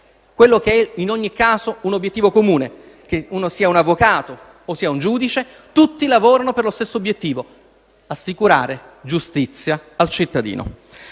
quello che, in ogni caso, è un obiettivo comune; che uno sia un avvocato o sia un giudice, tutti lavorano per lo stesso obiettivo: assicurare giustizia al cittadino.